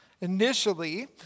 Initially